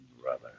Brother